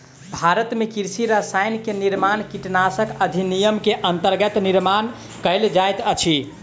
भारत में कृषि रसायन के निर्माण कीटनाशक अधिनियम के अंतर्गत निर्माण कएल जाइत अछि